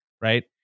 Right